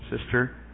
Sister